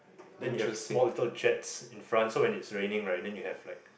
then you have small little jets in front so when it's raining right then you have like